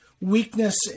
weakness